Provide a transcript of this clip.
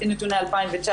לפי נתוני 2019,